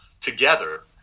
together